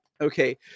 okay